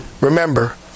Remember